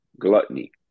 gluttony